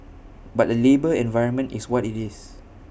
but the labour environment is what IT is